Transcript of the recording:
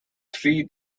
three